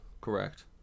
Correct